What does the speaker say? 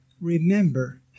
remember